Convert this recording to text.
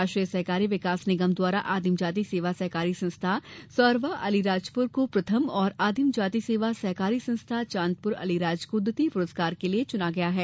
राष्ट्रीय सहकारी विकास निगम द्वारा आदिम जाति सेवा सहकारी संस्था सौरवा अलीराजपुर को प्रथम और आदिम जाति सेवा सहकारी संस्था चांदपुर अलीराजपुर को द्वितीय पुरस्कार के लिये चुना गया है